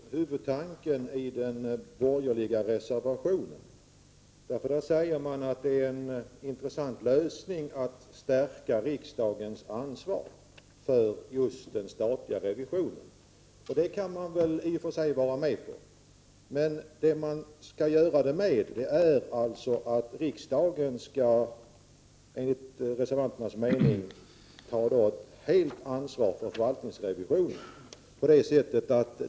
Herr talman! Jag tror att det finns skäl att lyfta fram huvudtanken i den borgerliga reservationen. I reservationen säger man att det är en intressant lösning att stärka riksdagens ansvar för just den statliga revisionen. Det kan vi i och för sig vara med på. Riksdagen skall enligt reservanternas mening ta ett helt ansvar för förvaltningsrevisionen.